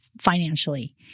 financially